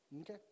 Okay